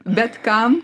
bet kam